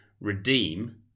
redeem